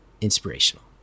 inspirational